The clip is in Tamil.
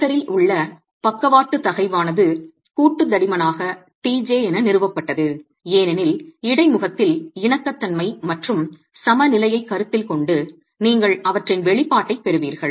மோர்டரில் உள்ள பக்கவாட்டு தகைவானது கூட்டுத் தடிமனாக tj நிறுவப்பட்டது ஏனெனில் இடைமுகத்தில் இணக்கத்தன்மை மற்றும் சமநிலையைக் கருத்தில் கொண்டு நீங்கள் அவற்றின் வெளிப்பாட்டைப் பெறுவீர்கள்